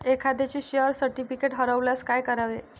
एखाद्याचे share certificate हरवल्यास काय करावे?